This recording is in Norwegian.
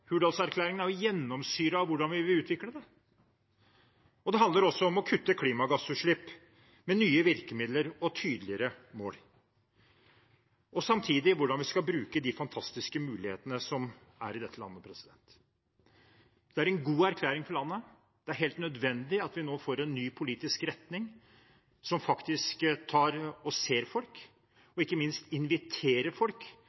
er jo gjennomsyret av hvordan vi vil utvikle det. Det handler også om å kutte klimagassutslipp, med nye virkemidler og tydeligere mål, og samtidig hvordan vi skal bruke de fantastiske mulighetene som er i dette landet. Det er en god erklæring for landet. Det er helt nødvendig at vi nå får en ny politisk retning, som faktisk ser folk og ikke minst inviterer folk